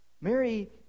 Mary